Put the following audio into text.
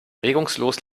regungslos